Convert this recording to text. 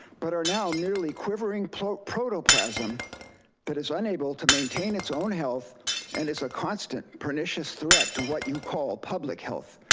but are now merely quivering protoplasm that it's unable to maintain its own health and is a constant pernicious threat to what you call public health.